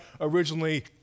originally